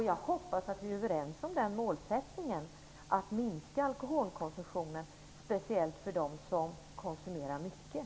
Jag hoppas att vi är överens om målsättningen att alkoholkonsumtionen skall minska, speciellt bland dem som konsumerar mycket.